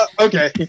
Okay